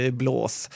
blås